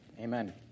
amen